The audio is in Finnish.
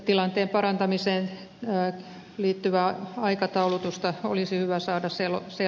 tilanteen parantamiseen liittyvästä aikataulutuksesta olisi hyvä saada selkoa